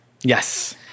Yes